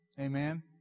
Amen